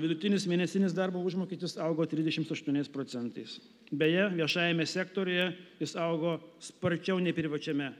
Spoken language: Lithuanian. vidutinis mėnesinis darbo užmokestis augo trisdešims aštuoniais procentais beje viešajame sektoriuje jis augo sparčiau nei privačiame